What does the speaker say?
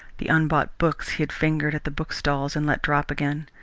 the unbought books he had fingered at the bookstalls and let drop again,